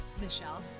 Michelle